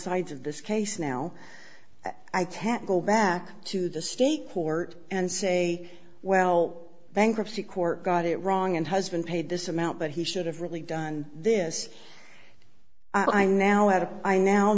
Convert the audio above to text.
sides of this case now i can't go back to the state court and say well bankruptcy court got it wrong and husband paid this amount but he should have really done this i'm now at it i now